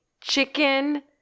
chicken